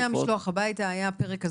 היה משלוח הביתה, היה פרק הזמן.